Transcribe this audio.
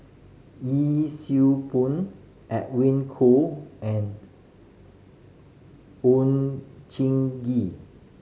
Yee Siew Pun Edwin Koo and Oon Jin Gee